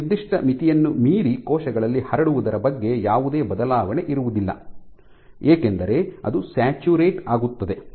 ಒಂದು ನಿರ್ದಿಷ್ಟ ಮಿತಿಯನ್ನು ಮೀರಿ ಕೋಶಗಳಲ್ಲಿ ಹರಡುವುದರ ಬಗ್ಗೆ ಯಾವುದೇ ಬದಲಾವಣೆ ಇರುವುದಿಲ್ಲ ಏಕೆಂದರೆ ಅದು ಸ್ಯಾಚುರೇಟ್ ಆಗುತ್ತದೆ